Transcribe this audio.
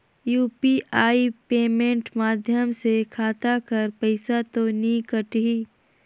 UPI payment माध्यम से खाता कर पइसा तो नी कटही?